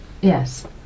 Yes